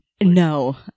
No